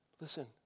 Listen